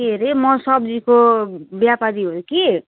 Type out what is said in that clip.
के अरे म सब्जीको व्यापारी हो कि